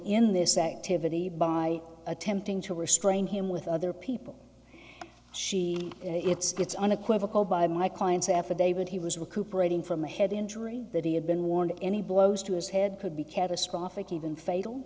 in this activity by attempting to restrain him with other people she it's unequivocal by my client's affidavit he was recuperating from a head injury that he had been warned any blows to his head could be catastrophic even fatal